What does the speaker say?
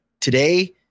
today